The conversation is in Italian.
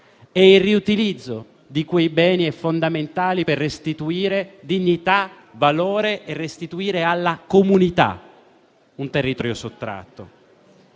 Il riutilizzo di quei beni è fondamentale per restituire dignità e valore e per restituire alla comunità un territorio sottratto.